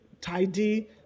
tidy